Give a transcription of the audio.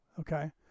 okay